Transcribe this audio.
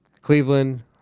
Cleveland